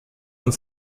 und